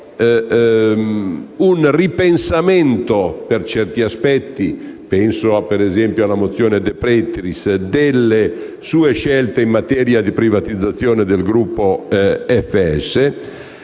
un ripensamento per certi aspetti - penso, ad esempio, alla mozione De Petris - delle sue scelte in materia di privatizzazione del gruppo FS.